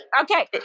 Okay